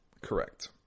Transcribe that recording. Correct